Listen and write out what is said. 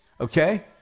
Okay